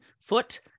foot